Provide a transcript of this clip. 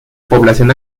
población